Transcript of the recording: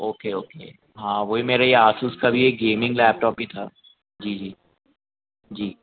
okay okay हाँ वही मेरा ये आसुस का भी एक गेमिंग लैपटॉप ही था जी जी जी